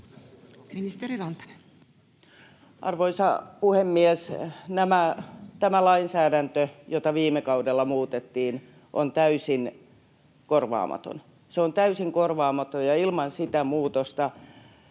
Content: Arvoisa puhemies! Tämä lainsäädäntö, jota viime kaudella muutettiin, on täysin korvaamaton. Se on täysin korvaamaton, ja ilman sitä muutosta